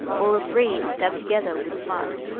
or of reeds dabbed together with mud.